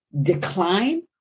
decline